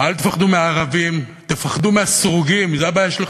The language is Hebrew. עכשיו מתעוררים, עכשיו באים?